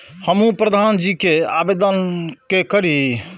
हमू प्रधान जी के आवेदन के करी?